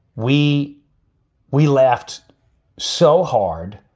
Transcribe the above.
we we laughed so hard.